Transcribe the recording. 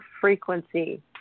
frequency